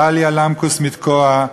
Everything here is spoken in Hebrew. דליה למקוס מתקוע,